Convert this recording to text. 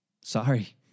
Sorry